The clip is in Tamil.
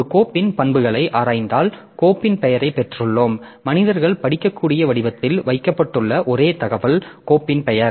ஒரு கோப்பின் பண்புகளை ஆராய்ந்தால் கோப்பின் பெயரைப் பெற்றுள்ளோம் மனிதர்கள் படிக்கக்கூடிய வடிவத்தில் வைக்கப்பட்டுள்ள ஒரே தகவல் கோப்பின் பெயர்